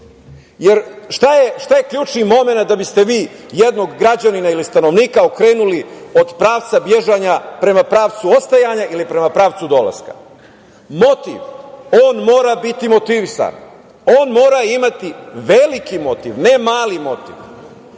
Jer šta je ključni momenat da biste vi jednog građanina ili stanovnika okrenuli od pravca bežanja prema pravcu ostajanja ili prema pravcu dolaska? Motiv, on mora biti motivisan. On mora imati veliki motiv, ne mali motiv.